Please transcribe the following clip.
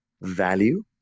value